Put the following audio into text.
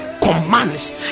commands